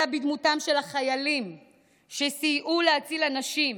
אלא בדמותם של החיילים שסייעו להציל אנשים,